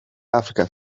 africa